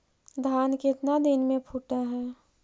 धान केतना दिन में फुट है?